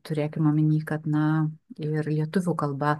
turėkim omeny kad na ir lietuvių kalba